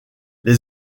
les